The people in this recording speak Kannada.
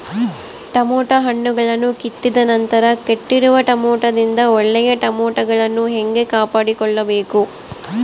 ಟೊಮೆಟೊ ಹಣ್ಣುಗಳನ್ನು ಕಿತ್ತಿದ ನಂತರ ಕೆಟ್ಟಿರುವ ಟೊಮೆಟೊದಿಂದ ಒಳ್ಳೆಯ ಟೊಮೆಟೊಗಳನ್ನು ಹೇಗೆ ಕಾಪಾಡಿಕೊಳ್ಳಬೇಕು?